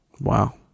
Wow